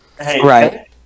Right